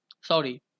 sorry